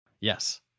Yes